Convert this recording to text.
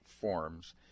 forms